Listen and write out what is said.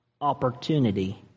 opportunity